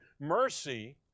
mercy